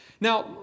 Now